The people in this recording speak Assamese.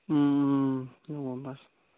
গম পাইছোঁ